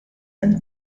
and